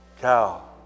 cow